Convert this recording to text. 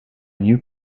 new